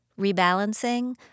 rebalancing